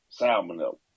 Salmonella